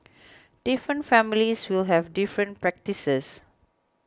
different families will have different practices